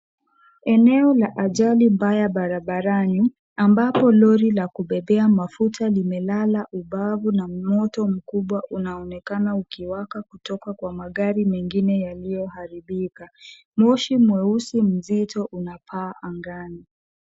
Eneo la ajali mbaya barabarani, ambapo lori la kubebea mafuta limelala ubavu na moto mkubwa unaonekana ukiwaka kutoka kwa magari mengine yaliyoharibika. Moshi mweusi mzito unapaa angani.